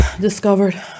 discovered